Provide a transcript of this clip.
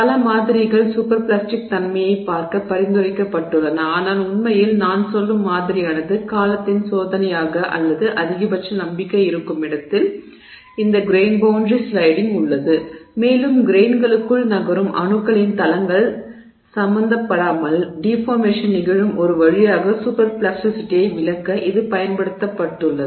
பல மாதிரிகள் super plastic தன்மையைப் பார்க்க பரிந்துரைக்கப்பட்டுள்ளன ஆனால் உண்மையில் நான் சொல்லும் மாதிரியானது காலத்தின் சோதனையாக அல்லது அதிகபட்ச நம்பிக்கை இருக்கும் இடத்தில் இந்த கிரெய்ன் பௌண்டரி ஸ்லைடிங் உள்ளது மேலும் கிரெய்ன்களுக்குள் நகரும் அணுக்களின் தளங்கள் சம்பந்தப்படாமல் டிஃபார்மேஷன் நிகழும் ஒரு வழியாக சூப்பர் பிளாஸ்டிசிட்டியை விளக்க இது பயன்படுத்தப்பட்டுள்ளது